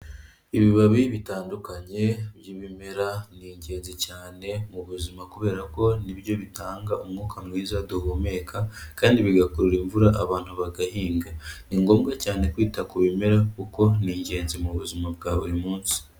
Ibibabi bitandukanye by'ibimera, ni ingenzi cyane mu buzima kubera ko nibyo bitanga umwuka mwiza duhumeka, kandi bigakurura imvura abantu bagahinga, ni ngombwa cyane kwita ku bimera kuko ni ingenzi mu buzima bwa buri munsi.